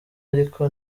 ariko